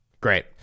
Great